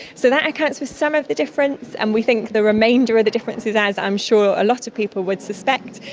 so that accounts for some of the difference, and we think the remainder of the difference is, as i'm sure a lot of people would suspect,